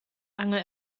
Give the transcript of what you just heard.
angel